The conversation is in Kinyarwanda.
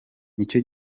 nicyo